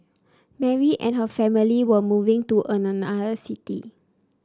Mary and her family were moving to another city